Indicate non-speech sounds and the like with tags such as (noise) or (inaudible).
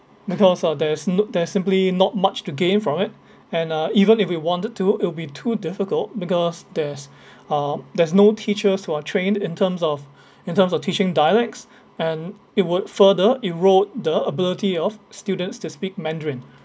because of there's no there's simply not much to gain from it and uh even if we wanted to it'll be too difficult because there's (breath) uh there's no teachers who are trained in terms of in terms of teaching dialects and it would further erode the ability of students to speak mandarin